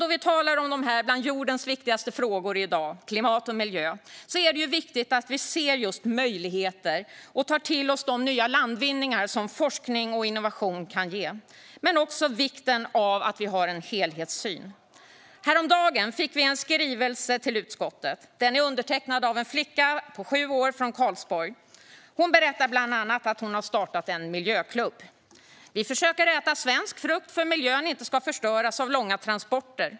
Då vi talar om dessa bland jordens i dag viktigaste frågor, klimat och miljö, är det viktigt att vi ser just möjligheter och tar till oss de nya landvinningar som forskning och innovation kan ge. Men det handlar också om vikten av att ha en helhetssyn. Häromdagen fick vi en skrivelse till utskottet. Den är undertecknad av en flicka på sju år från Karlsborg. Hon berättar bland annat att hon har startat en miljöklubb. Hon skriver: "Vi försöker äta svensk frukt för att miljön inte ska förstöras av långa transporter."